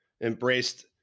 embraced